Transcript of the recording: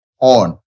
On